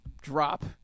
drop